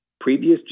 previous